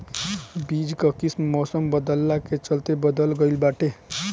बीज कअ किस्म मौसम बदलला के चलते बदल गइल बाटे